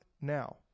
now